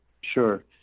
Sure